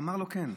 אמר לו: כן.